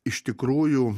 iš tikrųjų